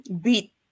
beat